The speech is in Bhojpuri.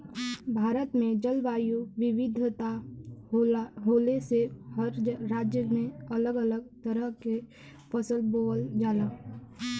भारत में जलवायु विविधता होले से हर राज्य में अलग अलग तरह के फसल बोवल जाला